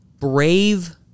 Brave